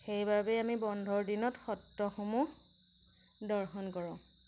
সেইবাবে আমি বন্ধৰ দিনত সত্ৰসমূহ দৰ্শন কৰোঁ